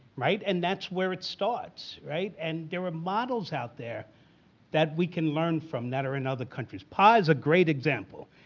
right? and that's where it starts, right? and there are models out there that we can learn from that are in other countries. pah is a great example,